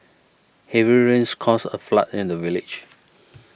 heavy rains caused a flood in the village